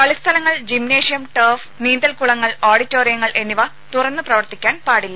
കളിസ്ഥലങ്ങൾ gymnasium turf നീന്തൽകുളങ്ങൾ ഓഡിറ്റോറിയങ്ങൾ എന്നിവ തുറന്നു പ്രവർത്തിക്കാൻ പാടില്ല